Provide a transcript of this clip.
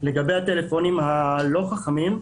לגבי הטלפונים הלא חכמים,